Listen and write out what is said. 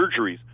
surgeries